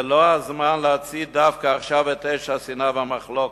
עכשיו זה לא הזמן להצית דווקא את אש השנאה והמחלוקת,